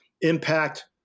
impact